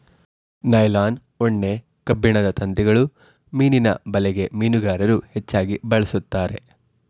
nylon, ಉಣ್ಣೆ, ಕಬ್ಬಿಣದ ತಂತಿಗಳು ಮೀನಿನ ಬಲೆಗೆ ಮೀನುಗಾರರು ಹೆಚ್ಚಾಗಿ ಬಳಸ್ತರೆ